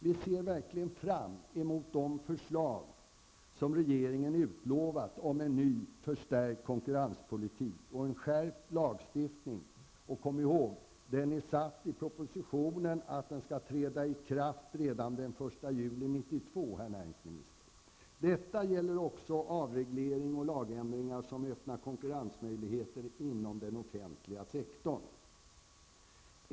Vi ser verkligen fram emot de förslag som regeringen har utlovat om en ny förstärkt konkurrenspolitik och en skärpt lagstiftning. Kom ihåg att i propositionen sägs att den skall träda i kraft redan den 1 juli 1992, herr näringsminister! Detta gäller också avreglering och lagändringar som öppnar konkurrensmöjligheter inom den offentliga sektorn.